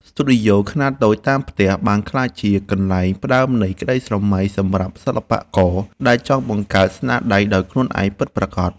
ស្ទូឌីយោខ្នាតតូចតាមផ្ទះបានក្លាយជាកន្លែងផ្ដើមនៃក្ដីស្រមៃសម្រាប់សិល្បករដែលចង់បង្កើតស្នាដៃដោយខ្លួនឯងពិតប្រាកដ។